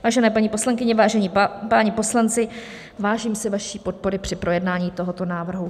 Vážené paní poslankyně, vážení páni poslanci, vážím si vaší podpory při projednání tohoto návrhu.